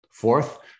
Fourth